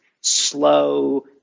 slow